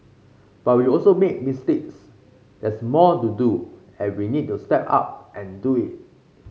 but we also made mistakes there's more to do and we need to step up and do it